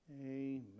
Amen